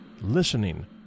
listening